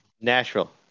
Nashville